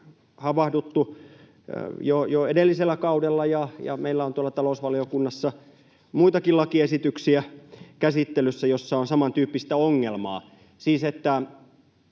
havahduttu jo edellisellä kaudella, ja meillä on tuolla talousvaliokunnassa muitakin lakiesityksiä käsittelyssä, joissa on samantyyppistä ongelmaa — siis että